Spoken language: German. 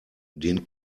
den